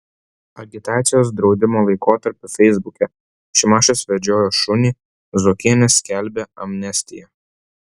agitacijos draudimo laikotarpiu feisbuke šimašius vedžiojo šunį zuokienė skelbė amnestiją